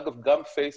אגב גם פייסבוק,